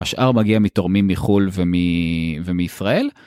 השאר מגיע מתורמים מחו״ל ומישראל.